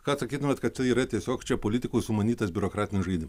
ką atsakytumėt kad tai yra tiesiog čia politikų sumanytas biurokratinis žaidimas